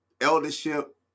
eldership